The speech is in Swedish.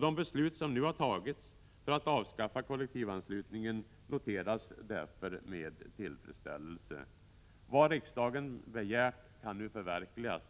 De beslut som nu fattats för att avskaffa kollektivanslutningen noteras därför med tillfredsställelse. Vad riksdagen begärt kan nu förverkligas.